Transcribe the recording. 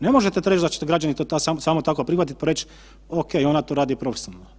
Ne možete reći da će to građani samo tako prihvatiti pa reći ok ona to radi profesionalno.